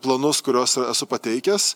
planus kuriuos esu pateikęs